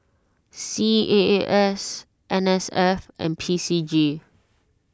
C A A S N S F and P C G